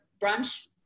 brunch